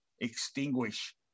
extinguish